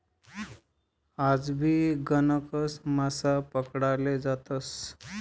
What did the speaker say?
आजबी गणकच मासा पकडाले जातस